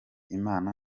imana